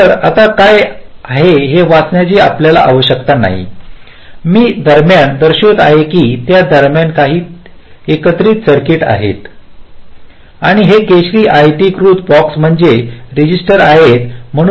तर आत काय आहे हे वाचण्याची आपल्याला आवश्यकता नाही मी दरम्यान दर्शवित आहे की त्या दरम्यान काही एकत्रित सर्किट आहेत आणि हे केशरी आयता कृती बॉक्स म्हणजे रजिस्टर आहेत